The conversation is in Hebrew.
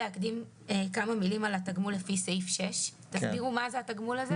להקדים כמה מילים על התגמול לפי סעיף 6. תסבירו מה הוא התגמול הזה.